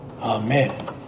Amen